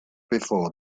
before